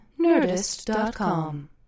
Nerdist.com